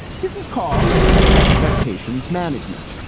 this is called expectations management.